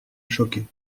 choqué